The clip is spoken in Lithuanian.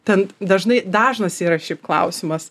ten dažnai dažnas yra šiaip klausimas